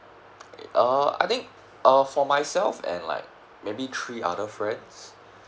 uh I think uh for myself and like maybe three other friends